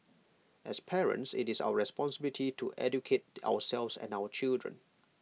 as parents IT is our responsibility to educate ourselves and our children